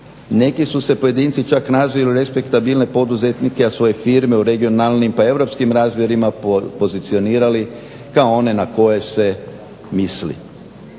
Neki su se pojedinci čak razvili u respektabilne poduzetnike, a svoje firme u regionalnim, pa europskim razmjerima pozicionirali kao one na koje se misli.